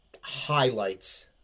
highlights